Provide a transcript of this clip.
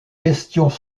questions